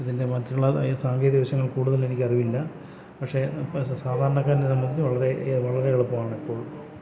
അതിൻ്റെ മറ്റുള്ള സാങ്കേതികവശങ്ങൾ കൂടുതൽ എനിക്ക് അറിവില്ല പക്ഷെ സാധാരണക്കാരനെ സംബന്ധിച്ച് വളരെ വളരെ എളുപ്പമാണ് എപ്പോളും